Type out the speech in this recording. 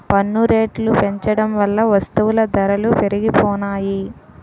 పన్ను రేట్లు పెంచడం వల్ల వస్తువుల ధరలు పెరిగిపోనాయి